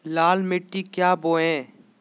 लाल मिट्टी क्या बोए?